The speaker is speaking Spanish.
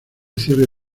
cierre